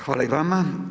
Hvala i vama.